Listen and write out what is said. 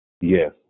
Yes